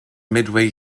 midway